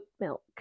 milk